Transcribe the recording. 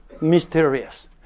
mysterious